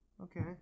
Okay